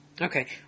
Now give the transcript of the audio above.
Okay